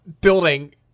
building